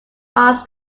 arts